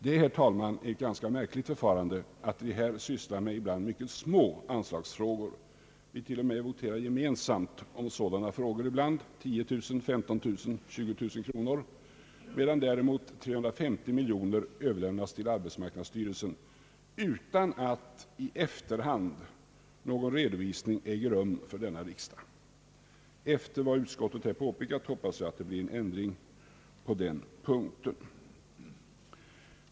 Det är, herr talman, ett ganska märkligt förfarande att vi ibland diskuterar mycket små anslagsfrågor, vi till och med voterar gemensamt om belopp på 10 000, 15 000 och 20000 kronor, medan däremot 350 miljoner kronor överlämnas till arbetsmarknadsstyrelsen utan att i efterhand någon redovisning äger rum till riksdagen. Jag hoppas på en ändring på denna punkt efter utskottets påpekande.